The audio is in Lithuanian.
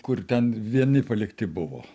kur ten vieni palikti buvo